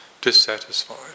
dissatisfied